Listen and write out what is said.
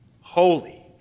holy